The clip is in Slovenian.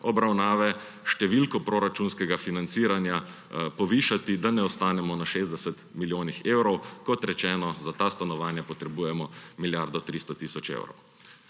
obravnave številko proračunskega financiranja povišati, da ne ostanemo na 60 milijonih evrov. Kot rečeno, za ta stanovanja potrebujemo milijardo in 300 milijonov evrov.